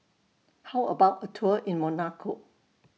How about A Tour in Monaco